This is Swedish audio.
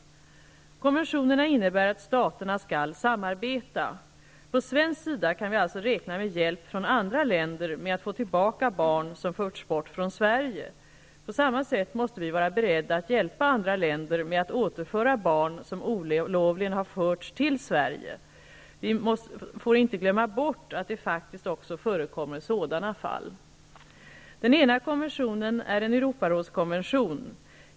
Konventionerna innebär att staterna skall samarbeta. På svensk sida kan vi alltså räkna med hjälp från andra länder med att få tillbaka barn som förts bort från Sverige. På samma sätt måste vi vara beredda att hjälpa andra länder med att återföra barn som olovligen har förts till Sverige. Vi får inte glömma bort att det faktiskt också förekommer sådana fall. Den ena konventionen är en Europarådskonvention.